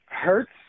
hurts